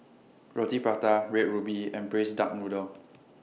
Roti Prata Red Ruby and Braised Duck Noodle